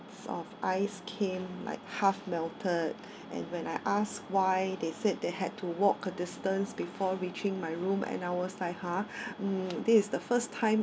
of ice came like half melted and when I asked why they said they had to walk a distance before reaching my room and I was like !huh! mm this is the first time